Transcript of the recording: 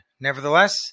Nevertheless